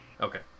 Okay